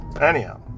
Anyhow